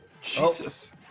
Jesus